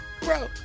bro